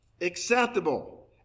acceptable